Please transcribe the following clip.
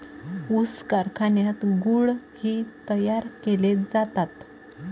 ऊस कारखान्यात गुळ ही तयार केले जातात